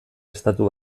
estatu